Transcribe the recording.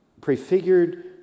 prefigured